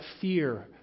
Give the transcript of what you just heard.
fear